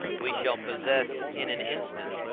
we shall possess in an instant,